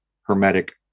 hermetic